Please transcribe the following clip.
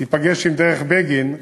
תיפגש עם דרך בגין ישירות,